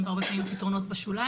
הם הרבה פעמים פתרונות בשוליים.